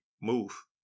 move